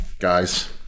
Guys